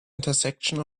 intersection